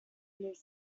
move